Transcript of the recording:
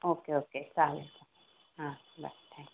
okay okay चालेल हां bye thank you